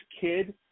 kid